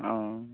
ᱚᱸᱻ